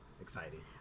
exciting